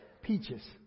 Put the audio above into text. peaches